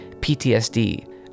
PTSD